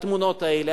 התמונות האלה.